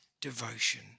devotion